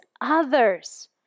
others